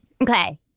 Okay